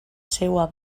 seua